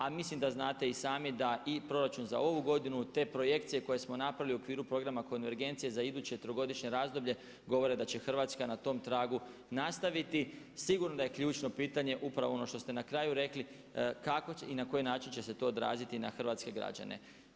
A mislim da znate i sami da i proračun za ovu godinu te projekcije koje smo napravili u okviru programa konvergencije za iduće trogodišnje razdoblje govore da će Hrvatska na tom tragu nastaviti, sigurno da je ključno pitanje upravo ono što ste na kraju rekli kako će i na koji način će se to odraziti i na hrvatske građane.